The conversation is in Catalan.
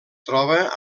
troba